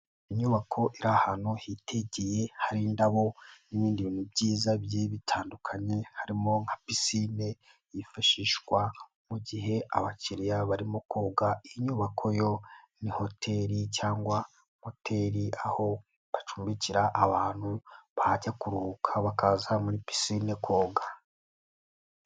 Inyubako iri ahantu hitegeye hari indabo n'ibindi bintu byiza bigiye bitandukanye harimo nka pisine yifashishwa mu gihe abakiriya barimo koga, iyi nyubako yo ni hoteli cyangwa moteli aho bacumbikira abantu bajya kuruhuka bakaza muri pisine koga.